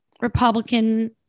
Republican